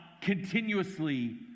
continuously